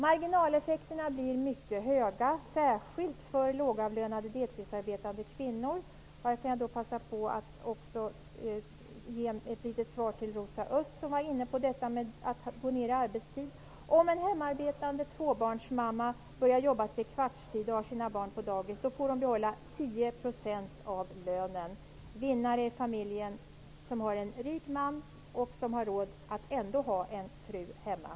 Marginaleffekterna blir mycket stora, särskilt för lågavlönade deltidsarbetande kvinnor. Här vill jag också passa på att bemöta Rosa Östh som var inne på detta med att gå ner i arbetstid. Om en hemarbetande tvåbarnsmamma börjar arbeta trekvartstid och har sina barn på dagis, då får hon betala 10 % av lönen. Vinnare är den familj som har en rik man och som ändå har råd att ha en fru hemma.